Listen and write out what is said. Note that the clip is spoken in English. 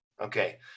Okay